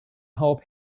help